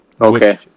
okay